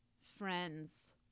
friends